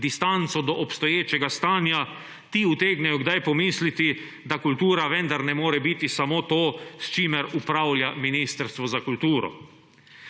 distanco do obstoječega stanja, ti utegnejo kdaj pomisliti, da kultura vendar ne more biti samo to, s čimer upravlja Ministrstvo za kulturo.